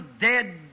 dead